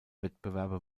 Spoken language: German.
wettbewerbe